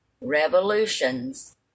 revolutions